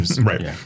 right